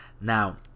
Now